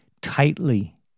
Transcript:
tightly